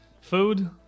Food